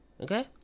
Okay